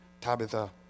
Tabitha